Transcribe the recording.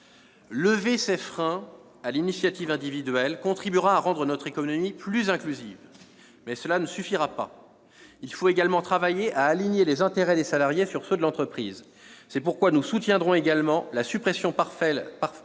Lever ces freins à l'initiative individuelle contribuera à rendre notre économie plus inclusive, mais cela ne suffira pas : il faut également travailler à aligner les intérêts des salariés sur ceux de l'entreprise. C'est pourquoi nous soutiendrons également la suppression partielle